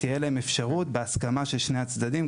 תהיה להן אפשרות בהסכמה של שני הצדדים,